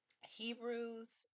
Hebrews